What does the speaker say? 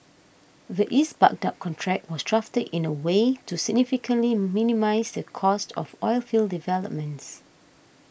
the East Baghdad contract was drafted in a way to significantly minimise the cost of oilfield developments